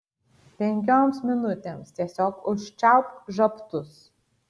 penkioms minutėms tiesiog užčiaupk žabtus